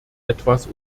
etwas